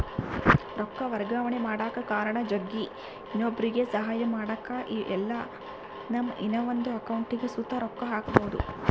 ರೊಕ್ಕ ವರ್ಗಾವಣೆ ಮಾಡಕ ಕಾರಣ ಜಗ್ಗಿ, ಇನ್ನೊಬ್ರುಗೆ ಸಹಾಯ ಮಾಡಕ ಇಲ್ಲಾ ನಮ್ಮ ಇನವಂದ್ ಅಕೌಂಟಿಗ್ ಸುತ ರೊಕ್ಕ ಹಾಕ್ಕ್ಯಬೋದು